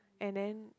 and then